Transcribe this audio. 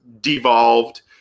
devolved